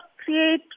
Create